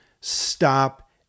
Stop